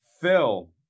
Phil